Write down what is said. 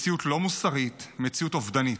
מציאות לא מוסרית, מציאות אובדנית.